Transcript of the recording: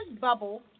bubble